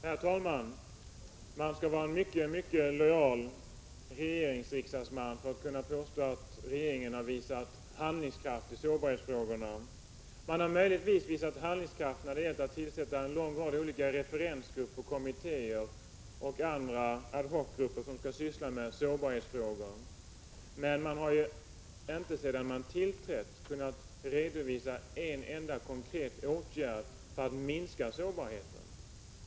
Herr talman! Man måste vara en mycket lojal riksdagsman som representerar regeringspartiet för att kunna påstå att regeringen har visat handlingskraft när det gäller sårbarhetsfrågorna. Man har möjligtvis visat handlingskraft då det gällt att tillsätta en lång rad olika referensgrupper, kommittéer och andra ad hoc-grupper som skall syssla med sårbarhetsfrågor. Men sedan regeringen tillträdde har den inte kunnat redovisa en enda konkret åtgärd för att minska sårbarheten.